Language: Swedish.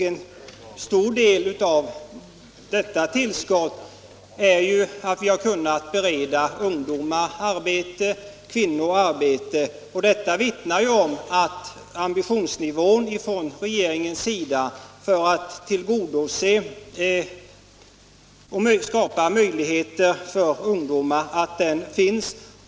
En stor del av detta tillskott har kommit ungdomar och kvinnor till godo. Detta vittnar ju om att ett av de primära målen i den nya regeringens arbete är att skapa sysselsättning för ungdomen.